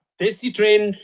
desi train,